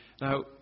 Now